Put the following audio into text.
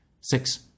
Six